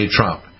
Trump